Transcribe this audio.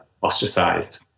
ostracized